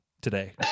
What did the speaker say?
today